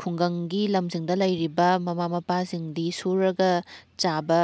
ꯈꯨꯡꯒꯪꯒꯤ ꯂꯝꯁꯤꯡꯗ ꯂꯩꯔꯤꯕ ꯃꯃꯥ ꯃꯄꯥꯁꯤꯡꯗꯤ ꯁꯨꯔꯒ ꯆꯥꯕ